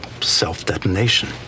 self-detonation